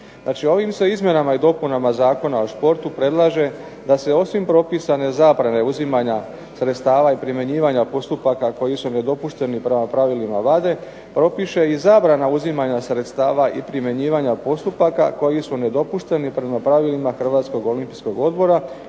ovim se izmjenama i dopunama Zakona o športu predlaže da se osim propisane zabrane uzimanja sredstava i primjenjivanja postupaka koji su nedopušteni prema pravilima WADA-e propiše i zabrana uzimanja sredstava i primjenjivanja postupaka koji su nedopušteni prema pravilima HOO-a i Međunarodnog olimpijskog odbora